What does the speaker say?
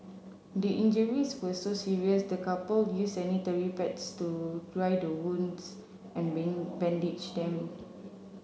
the injuries were so serious the couple used sanitary pads to dry the wounds and bandage them